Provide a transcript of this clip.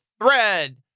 thread